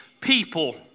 people